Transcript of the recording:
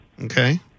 Okay